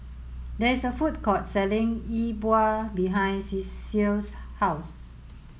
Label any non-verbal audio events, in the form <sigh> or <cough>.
there is a food court selling E Bua behind <unintelligible> Ceil's house